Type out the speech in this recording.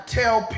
tell